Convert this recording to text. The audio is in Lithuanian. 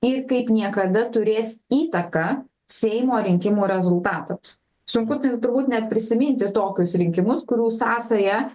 ir kaip niekada turės įtaką seimo rinkimų rezultatams sunku tai turbūt net prisiminti tokius rinkimus kurių sąsaja